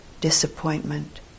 disappointment